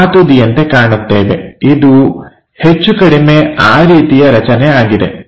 ಆ ತುದಿಯಂತೆ ಕಾಣುತ್ತೇವೆ ಇದು ಹೆಚ್ಚುಕಡಿಮೆ ಆ ರೀತಿಯ ರಚನೆ ಆಗಿದೆ